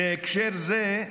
בהקשר זה,